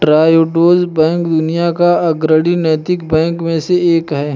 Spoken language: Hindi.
ट्रायोडोस बैंक दुनिया के अग्रणी नैतिक बैंकों में से एक है